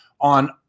on